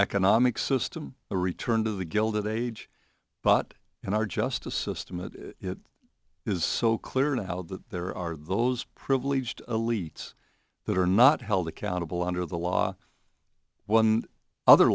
economic system the return to the gilded age but in our justice system it is so clear now that there are those privileged elites that are not held accountable under the law one other